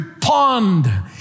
pond